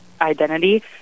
identity